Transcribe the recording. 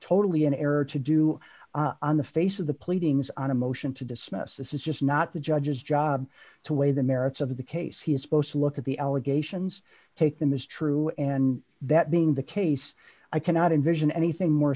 totally an error to do on the face of the pleadings on a motion to dismiss this is just not the judge's job to weigh the merits of the case he is supposed to look at the allegations take them is true and that being the case i cannot envision anything more